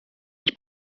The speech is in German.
ich